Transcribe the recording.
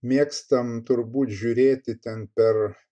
mėgstam turbūt žiūrėti ten per